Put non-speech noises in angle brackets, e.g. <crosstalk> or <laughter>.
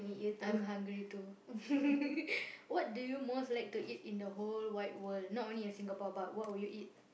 I'm hungry too <laughs> what do you most like to eat in the whole wide world not only in Singapore but what will you eat